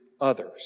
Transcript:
others